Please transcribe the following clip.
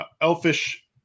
Elfish